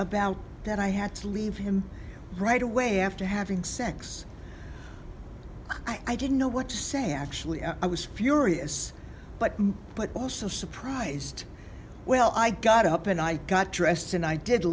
about that i had to leave him right away after having sex i didn't know what to say actually i was furious but but also surprised well i got up and i got dressed and i did